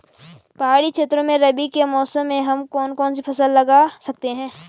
पहाड़ी क्षेत्रों में रबी के मौसम में हम कौन कौन सी फसल लगा सकते हैं?